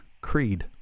Creed